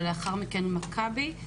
ולאחר מכן למכבי.